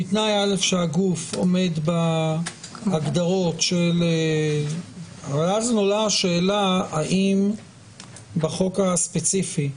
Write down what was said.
ובתנאי שהגוף עומד בהגדרות ואז עולה השאלה האם בחוק הספציפי,